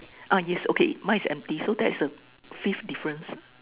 ah yes okay mine is empty so that's the fifth difference